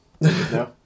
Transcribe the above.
No